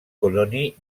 colonies